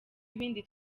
ibindi